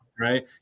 Right